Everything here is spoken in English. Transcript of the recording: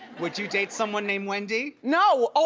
would you date someone named wendy? no,